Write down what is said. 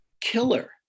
killer